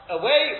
away